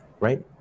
right